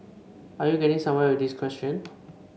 are you getting somewhere with this question